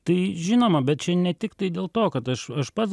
tai žinoma bet čia ne tiktai dėl to kad aš aš pats